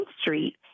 Street